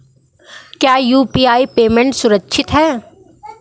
क्या UPI payment सुरक्षित है?